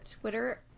Twitter